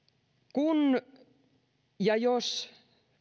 kun ja jos